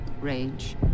rage